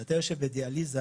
כשאתה יושב בדיאליזה,